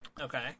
Okay